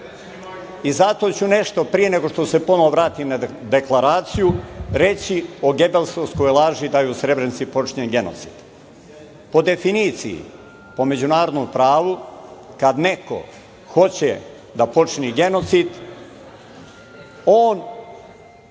I zato ću nešto pre nego što se ponovo vratim na deklaraciju reći o Gebelsovskoj laži da je u Srebrenici počinjen genocid. Po definiciji, po međunardonom pravu kada neko hoće da počini genocid, on